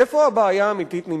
איפה הבעיה האמיתית נמצאת?